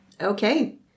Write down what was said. Okay